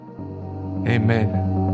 Amen